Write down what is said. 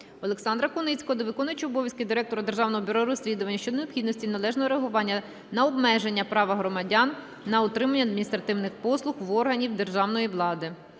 Олександра Куницького до виконувача обов'язків директора Державного бюро розслідувань щодо необхідності належного реагування на обмеження права громадян на отримання адміністративних послуг в органі державної влади.